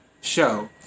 show